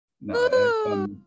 No